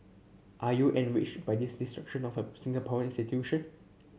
are you enraged by this destruction of a Singaporean institution